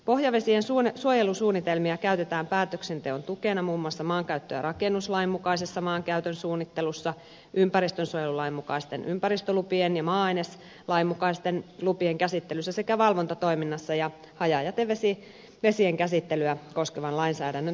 pohjavesien suojelusuunnitelmia käytetään päätöksenteon tukena muun muassa maankäyttö ja rakennuslain mukaisessa maankäytön suunnittelussa ympäristönsuojelulain mukaisten ympäristölupien ja maa aineslain mukaisten lupien käsittelyssä sekä valvontatoiminnassa ja hajajätevesien käsittelyä koskevan lainsäädännön täytäntöönpanossa